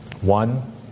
One